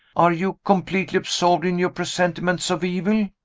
are you completely absorbed in your presentiments of evil?